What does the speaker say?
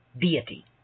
deity